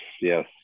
yes